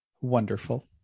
wonderful